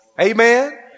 Amen